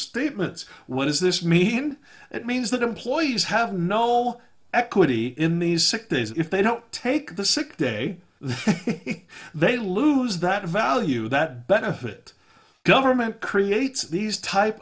statements what does this mean it means that employees have no equity in these sick days if they don't take the sick day they lose that value that benefit government creates these type